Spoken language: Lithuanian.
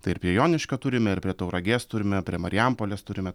tai ir prie joniškio turime ir prie tauragės turime prie marijampolės turime